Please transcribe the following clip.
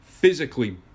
physically